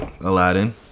Aladdin